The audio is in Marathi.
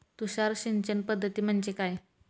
तुषार सिंचन पद्धती म्हणजे काय?